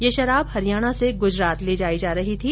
ये शराब हरियाणा से गुजरात ले जाई जा रही थी